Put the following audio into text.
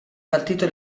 partito